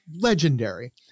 legendary